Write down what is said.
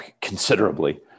considerably